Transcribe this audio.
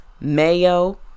mayo